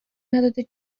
نداده